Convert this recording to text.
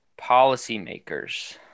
policymakers